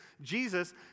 Jesus